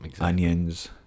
onions